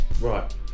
Right